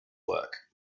work